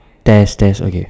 test test okay